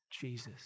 Jesus